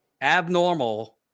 abnormal